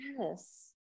Yes